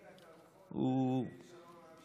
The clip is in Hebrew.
אולי טל רוסו ירגיע את הרוחות וירגיע את המשכן.